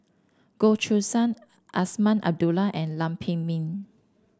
Goh Choo San Azman Abdullah and Lam Pin Min